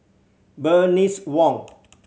Bernice Wong